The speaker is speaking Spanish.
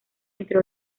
entre